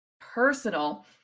personal